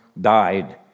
died